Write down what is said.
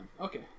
Okay